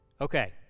Okay